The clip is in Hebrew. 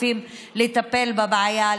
או לא מזרימים את הכספים לטפל בבעיה.